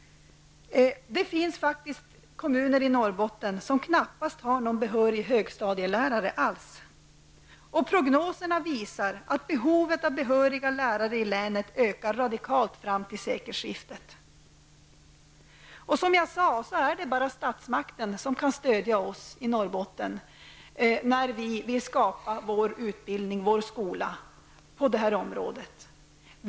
Det finns faktiskt kommuner i Norrbotten som knappast har någon behörig högstadielärare alls. Prognoserna visar att behovet av behöriga lärare i länet ökar radikalt fram till sekelskiftet. Som jag tidigare sade, är det bara statsmakten som kan stödja oss i Norrbotten när vi vill skapa vår utbildning, vår skola, inom detta område.